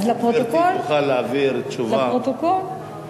אם גברתי תוכל להעביר תשובה, אז לפרוטוקול.